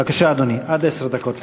בבקשה, אדוני, עד עשר דקות לרשותך.